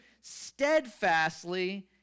steadfastly